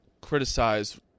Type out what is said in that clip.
criticize –